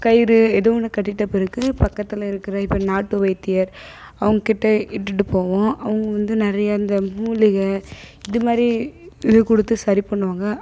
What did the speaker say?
கயிறு எதோ ஒன்று கட்டிகிட்ட பிறகு பக்கத்தில் இருக்கிற இப்போ நாட்டு வைத்தியர் அவங்ககிட்ட இட்டுட்டு போவோம் அவங்க வந்து நிறைய இந்த மூலிகை இது மாதிரி இது கொடுத்து சரி பண்ணுவாங்க